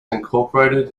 incorporated